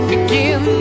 Begin